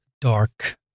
dark